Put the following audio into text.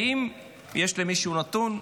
האם יש למישהו נתון?